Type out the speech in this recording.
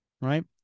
right